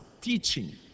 teaching